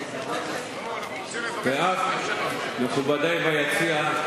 ואף מכובדי ביציע,